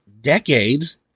decades